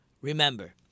remember